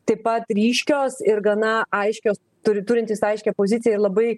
taip pat ryškios ir gana aiškios turi turintys aiškią poziciją ir labai